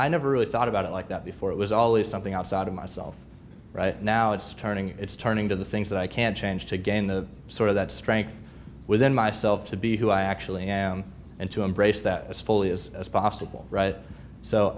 i never really thought about it like that before it was always something outside of myself right now it's turning it's turning to the things that i can change to gain the sort of that strength within myself to be who i actually am and to embrace that as fully as possible